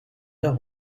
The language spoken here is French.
heure